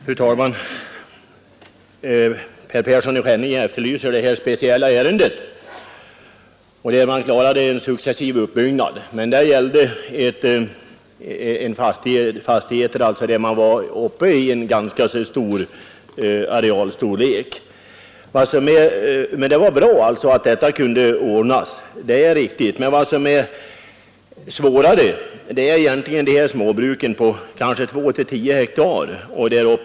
Fru talman! Herr Persson i Skänninge efterlyser det speciella ärendet som gäller hur man klarade en successiv uppbyggnad. Det gällde en fastighet som hade ganska stor areal. Det var bra att det gick att ordna. Vad som är svårare är egentligen småbruken på mellan 2 och 10 hektar och något däröver.